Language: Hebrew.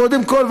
קודם כול,